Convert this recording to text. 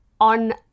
on